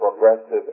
progressive